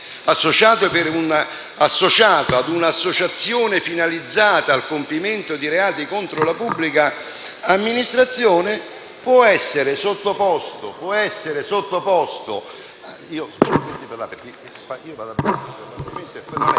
associato a un'associazione finalizzata al compimento di reati contro la pubblica amministrazione, a condizione